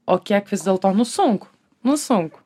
o kiek vis dėlto nu sunku nu sunku